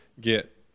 get